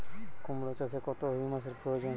কুড়মো চাষে কত হিউমাসের প্রয়োজন?